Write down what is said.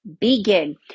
begin